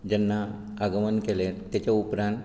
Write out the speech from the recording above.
जेन्ना आगमन केलें तेच्या उपरांत